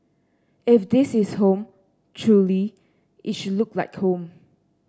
if this is home truly it should look like home